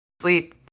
Sleep